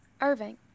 Irving